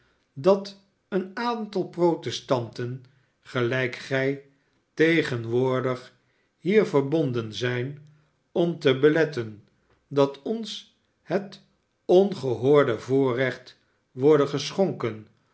dat een aantal protestanten gelijk gij tegenwoordig hier verbonden zijn om te beletten dat ons het ongehoorde voorrecht worde geschonken